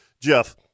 Jeff